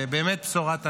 באמת בשורת ענק.